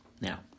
Now